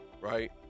right